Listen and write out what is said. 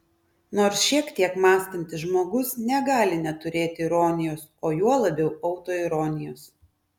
nors šiek tiek mąstantis žmogus negali neturėti ironijos o juo labiau autoironijos